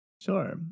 Sure